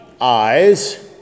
eyes